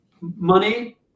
money